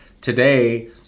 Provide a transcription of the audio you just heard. today